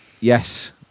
Yes